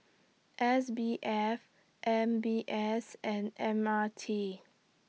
S B F M B S and M R T